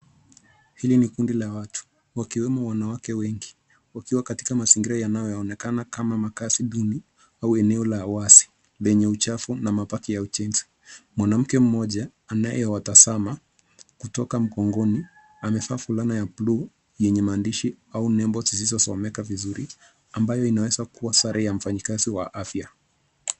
Hili ni kundi la watu wakiwemo wanawake wengi wakiwa katika mazingira yanayoonekana kama makaazi duni au eneo ya wazi yenye uchafu na mabaki ya ujenzi, mwanamke mmoja anayewatazama kutoka mgongoni amevaa fulana ya buluu yenye maandishi au nembo zilizosomeka vizuri ambayo inaweza kuwa sare ya mfanyikazi wa afya.